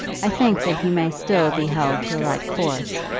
i think that he may still be held to a right course,